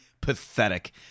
pathetic